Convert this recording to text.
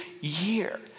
year